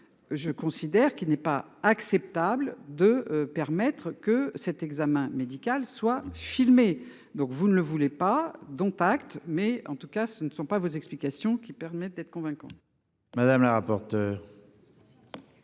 Je considère qu'il n'est pas acceptable de permettre que cet examen médical soit filmé. Donc vous ne le voulait pas, dont acte, mais en tout cas, ce ne sont pas vos explications qui permettent d'être convaincant. Madame la rapporteur.